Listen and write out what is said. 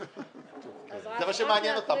זה מה שמעניין אותם.